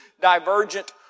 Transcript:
divergent